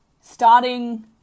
starting